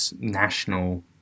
national